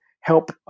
help